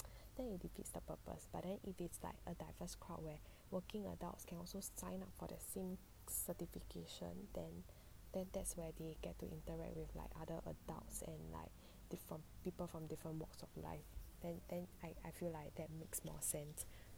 then it defeats the purpose but then if it's like a diverse crowd where working adults can also sign up for the same certification then then that's where they get to interact with like other adults and like different people from different walks then then I I feel like that makes more sense